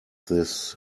this